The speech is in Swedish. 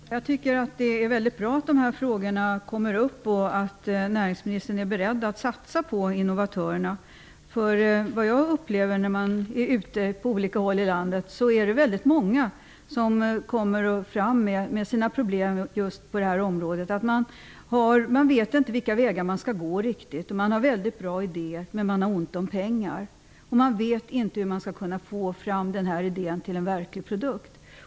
Herr talman! Jag tycker att det är mycket bra att dessa frågor kommer upp och att näringsministern är beredd att satsa på innovatörerna. När jag är ute på olika håll i landet kommer väldigt många fram med sina problem just på detta område. Man vet inte riktigt vilka vägar man skall gå. Man har mycket bra idéer men ont om pengar, och man vet inte hur man skall kunna få fram sin idé till en verklig produkt.